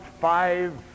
five